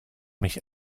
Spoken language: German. mich